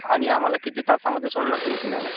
आणि आम्हाला किती तासामध्ये सोडणार तुम्ही पुण्याला